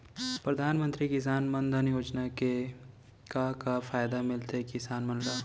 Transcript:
परधानमंतरी किसान मन धन योजना के का का फायदा मिलथे किसान मन ला?